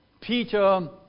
Peter